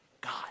God